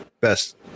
best